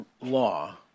law